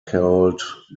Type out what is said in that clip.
called